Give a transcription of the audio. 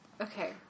okay